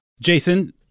jason